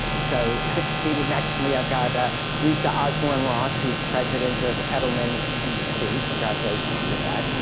so seated next to me i've got and lisa osborne ross, who's president of edelman dc, congratulations for that.